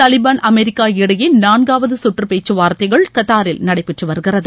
Taliban America இடையே நான்காவது சுற்று பேச்சு வார்த்தைகள் கத்தாரில் நடைபெற்று வருகிறது